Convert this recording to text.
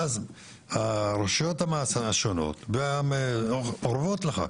ואז הרשויות השונות אורבות לך.